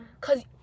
cause